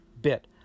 bit